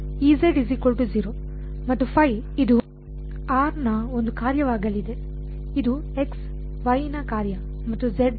ಮತ್ತು ಇದು ದ ಒಂದು ಕಾರ್ಯವಾಗಲಿದೆ ಇದು ನ ಕಾರ್ಯ ಮತ್ತು ದಲ್ಲ